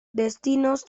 destinos